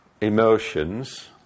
emotions